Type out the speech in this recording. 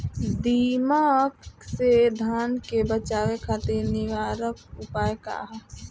दिमक से धान के बचावे खातिर निवारक उपाय का ह?